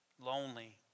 lonely